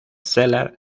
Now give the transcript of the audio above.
seller